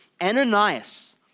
Ananias